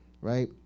right